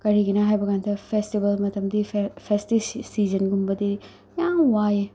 ꯀꯔꯤꯒꯤꯅꯣ ꯍꯥꯏꯕꯀꯥꯟꯗ ꯐꯦꯁꯇꯤꯚꯦꯜ ꯃꯇꯃꯗꯤ ꯐꯦꯁꯇꯤꯁ ꯁꯤꯖꯟꯒꯨꯝꯕꯗꯤ ꯌꯥꯝ ꯋꯥꯏꯑꯦ